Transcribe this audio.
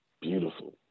Beautiful